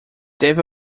deve